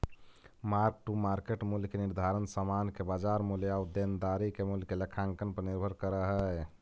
mark to market मूल्य के निर्धारण समान के बाजार मूल्य आउ देनदारी के मूल्य के लेखांकन पर निर्भर करऽ हई